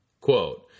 Quote